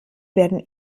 werden